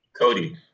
Cody